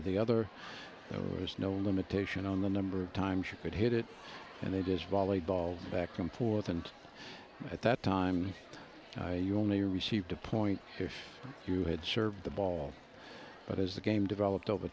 of the other was no limitation on the number of times you could hit it and it is volley ball back and forth and at that time i only received a point if you had served the ball but as the game developed over